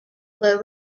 were